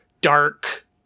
dark